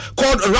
called